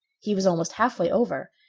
he was almost halfway over,